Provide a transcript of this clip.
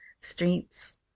streets